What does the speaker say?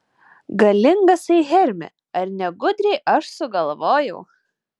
galingasai hermi ar ne gudriai aš sugalvojau